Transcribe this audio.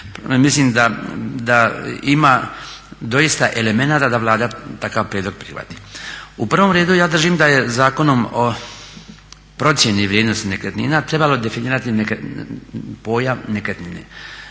Mislim da ima doista elemenata da Vlada takav prijedlog prihvati. U prvom redu ja držim da je Zakonom o procjeni vrijednosti nekretnina trebalo definirati pojam nekretnine.